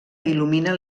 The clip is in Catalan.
il·lumina